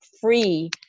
free